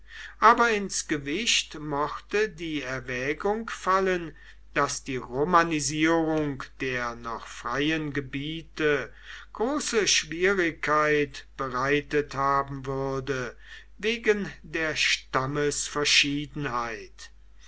aber ins gewicht mochte die erwägung fallen daß die romanisierung der noch freien gebiete große schwierigkeit bereitet haben würde wegen der